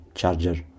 charger